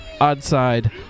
Oddside